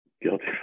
Guilty